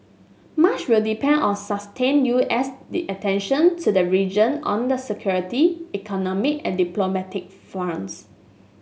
much will depend on sustained U S the attention to the region on the security economic and diplomatic fronts